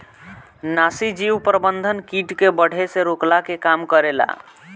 नाशीजीव प्रबंधन किट के बढ़े से रोकला के काम करेला